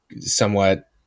somewhat